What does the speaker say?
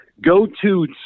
go-to